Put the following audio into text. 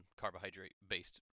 carbohydrate-based